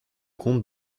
comte